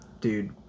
dude